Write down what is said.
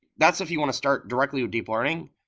that's if you want to start directly with deep learning,